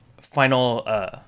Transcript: final